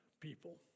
people